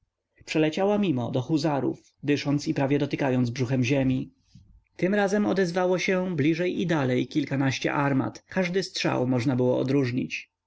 przeleciała mimo do huzarów dysząc i prawie dotykając brzuchem ziemi tym razem odezwało się bliżej i dalej kilkanaście armat każdy strzał można było odróżnić